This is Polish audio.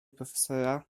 profesora